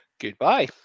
Goodbye